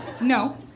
No